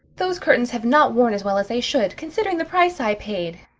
those curtains have not worn as well as they should, considering the price i paid.